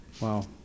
Wow